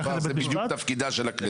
זה בדיוק תפקידה של הכנסת.